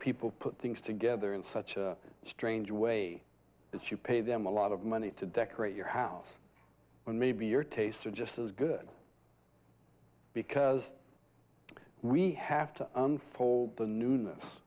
people put things together in such a strange way that you pay them a lot of money to decorate your house when maybe your tastes are just as good because we have to unfold the newness